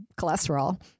cholesterol